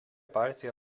partija